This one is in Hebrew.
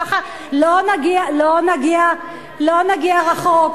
ככה לא נגיע רחוק.